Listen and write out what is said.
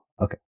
okay